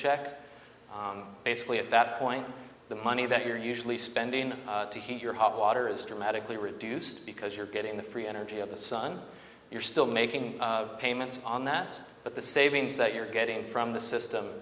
check basically at that point the money that you're usually spending to heat your hot water is dramatically reduced because you're getting the free energy of the sun you're still making payments on that but the savings that you're getting from the system